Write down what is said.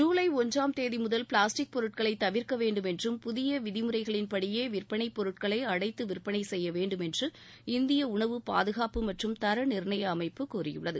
ஜூலை ஒன்றாம் தேதிமுதல் பிளாஸ்டிக் பொருட்களை தவிர்க்கவேண்டும் என்றும் புதிய விதிமுறைகளின்படியே விற்பனை பொருட்களை அடைத்து விற்பனை செய்யவேண்டும் என்று இந்திய உனவு பாதுகாப்பு மற்றும் தர நிர்ணய அமைப்பு கூறியுள்ளது